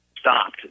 stopped